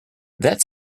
that